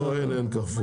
לא אין מקרפור,